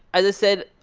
i said,